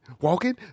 Walking